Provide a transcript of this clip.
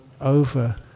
over